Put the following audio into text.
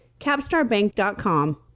capstarbank.com